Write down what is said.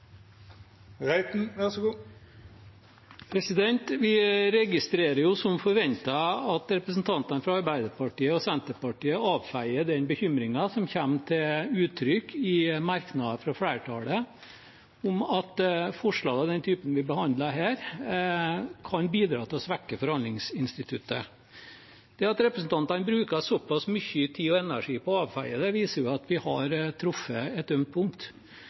registrerer som forventet at representantene fra Arbeiderpartiet og Senterpartiet avfeier den bekymringen som kommer til uttrykk i merknader fra flertallet om at forslag av den typen vi behandler her, kan bidra til å svekke forhandlingsinstituttet. Det at representantene bruker så pass mye tid og energi på å avfeie det, viser at vi har truffet et ømt punkt.